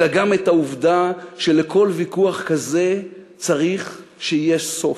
אלא גם את העובדה שלכל ויכוח כזה צריך שיהיה סוף.